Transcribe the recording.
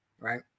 right